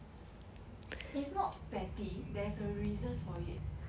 it's not petty there's a reason for it